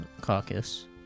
caucus